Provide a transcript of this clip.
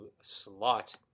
slot